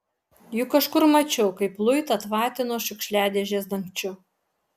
juk kažkur mačiau kaip luitą tvatino šiukšliadėžės dangčiu